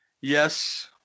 Yes